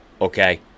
Okay